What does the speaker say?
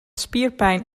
spierpijn